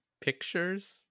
pictures